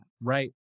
right